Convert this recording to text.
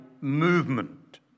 movement